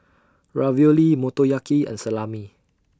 Ravioli Motoyaki and Salami